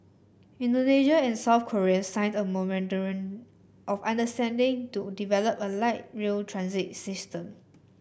Indonesia and South Korea signed a of understanding to develop a light rail transit system